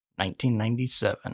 1997